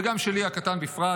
וגם שלי הקטן בפרט,